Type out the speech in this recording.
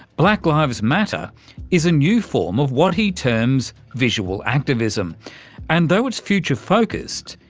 black lives matter is a new form of what he terms visual activism and though it's future-focussed,